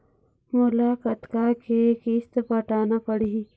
मोला कतका के किस्त पटाना पड़ही?